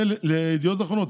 לידיעות אחרונות,